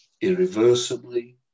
irreversibly